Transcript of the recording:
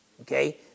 Okay